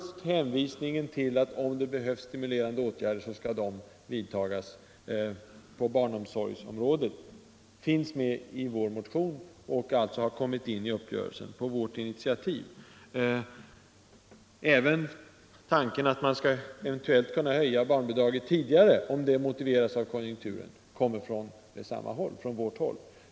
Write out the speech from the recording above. Stimulansåtgärder skall —- om de behövs — vidtas på barnomsorgsområdet. Det finns med i vår motion och har alltså kommit med i uppgörelsen på vårt initiativ. Även tanken att man eventuellt skall kunna höja barnbidraget tidigare, om det motiveras av konjunkturen, kommer från vårt håll.